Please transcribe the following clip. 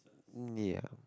oo ya